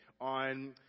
on